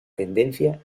tendencia